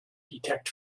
detect